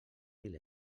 mil